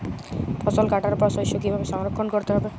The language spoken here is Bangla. ফসল কাটার পর শস্য কীভাবে সংরক্ষণ করতে হবে?